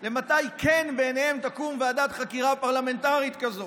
למתי כן בעיניהן תקום ועדת חקירה פרלמנטרית כזו.